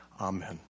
Amen